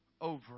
over